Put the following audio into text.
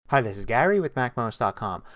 hi, this is gary with macmost com.